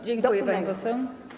Dziękuję, pani poseł.